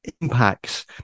impacts